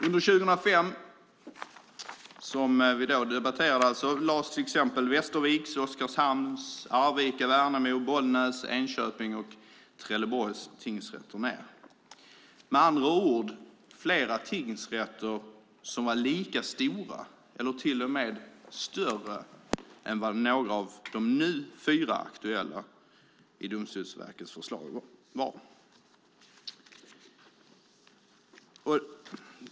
Under 2005 lades till exempel Västerviks, Oskarshamns, Arvika, Värnamo, Bollnäs, Enköping och Trelleborgs tingsrätter ned. Med andra ord: Flera tingsrätter lades ned som var lika stora eller till och med större än vad några av de fyra nu aktuella i Domstolsverkets förslag.